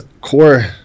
core